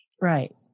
Right